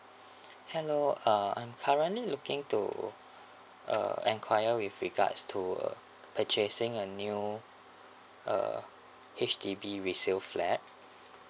hello uh I'm currently looking to uh enquire with regards to uh purchasing a new uh H_D_B resale flat